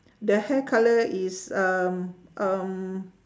the hair colour is um um